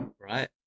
Right